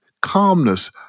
calmness